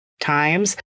Times